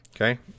Okay